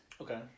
Okay